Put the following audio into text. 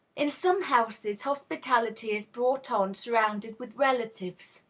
in some houses hospitality is brought on surrounded with relatives.